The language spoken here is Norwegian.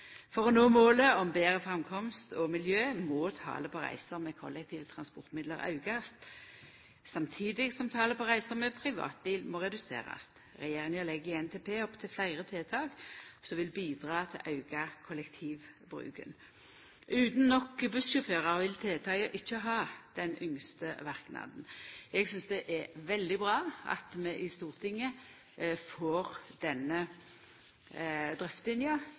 For å nå målet om betre framkomst og miljø må talet på reiser med kollektive transportmiddel aukast, samtidig som talet på reiser med privatbil må reduserast. Regjeringa legg i NTP opp til fleire tiltak som vil bidra til å auka kollektivbruken. Utan nok bussjåførar vil tiltaka ikkje har den ynskte verknaden. Eg synest det er veldig bra at vi i Stortinget får denne